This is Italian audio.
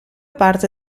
parte